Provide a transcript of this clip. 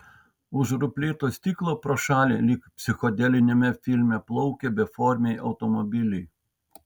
už ruplėto stiklo pro šalį lyg psichodeliniame filme plaukė beformiai automobiliai